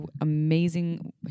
amazing